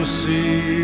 see